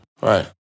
Right